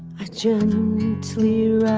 i choose to